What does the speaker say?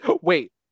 Wait